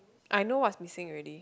I know what's missing already